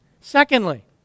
Secondly